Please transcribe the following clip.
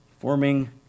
forming